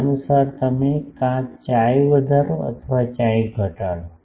તદનુસાર તમે કાં chi વધારો અથવા chi ઘટાડો